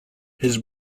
his